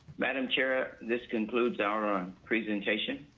madam chair. this concludes our um presentation.